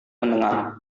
mendengar